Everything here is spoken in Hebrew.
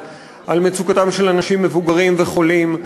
על מצוקתם של אנשים מבוגרים וחולים,